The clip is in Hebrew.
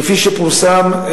כפי שפורסם,